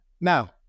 Now